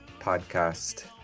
Podcast